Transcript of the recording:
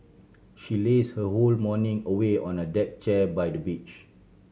she laze her whole morning away on the deck chair by the beach